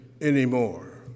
anymore